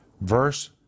verse